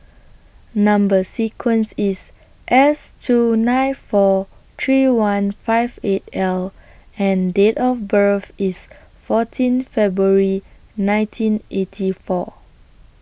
Number sequence IS S two nine four three one five eight L and Date of birth IS fourteen February nineteen eighty four